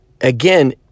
Again